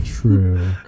true